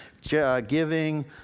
giving